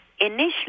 initially